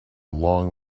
long